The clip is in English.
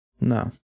No